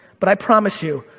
but i promise you,